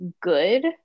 good